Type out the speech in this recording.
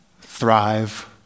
thrive